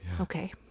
okay